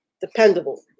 dependable